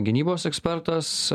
gynybos ekspertas